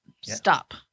stop